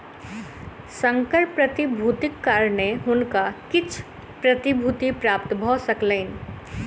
संकर प्रतिभूतिक कारणेँ हुनका किछ प्रतिभूति प्राप्त भ सकलैन